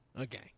Okay